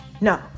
No